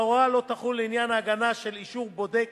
ההוראה לא תחול לעניין ההגנה של אישור בודק